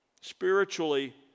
Spiritually